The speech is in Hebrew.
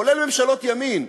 כולל ממשלות ימין,